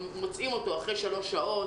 אז לא צריך להוציא אותו אחרי שלוש שעות.